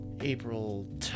April